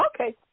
Okay